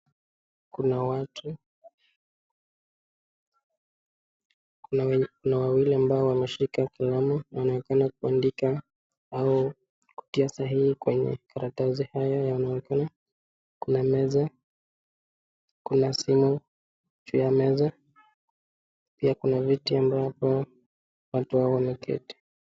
Kuna watu, kuna wawili ambao wameshika kalamu wanaonekana kuandika au kutia saini kwenye karatasi haya yanaonekana, kuna meza, kuna simu juu ya meza, pia kuna viti ambapo watu hawa wameketi